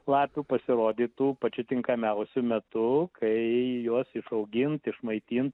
lapių pasirodytų pačiu tinkamiausiu metu kai juos išaugint išmaitint